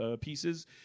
pieces